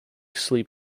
sleep